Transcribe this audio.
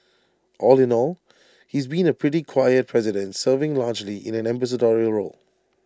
all in all he's been A pretty quiet president serving largely in an ambassadorial role